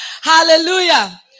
Hallelujah